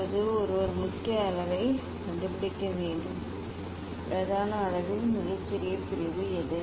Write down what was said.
இப்போது ஒருவர் முக்கிய அளவைக் கண்டுபிடிக்க வேண்டும் பிரதான அளவில் மிகச்சிறிய பிரிவு எது